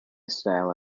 style